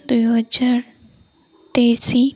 ଦୁଇହଜାର ତେଇଶ